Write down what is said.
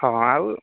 ହଁ ଆଉ